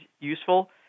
useful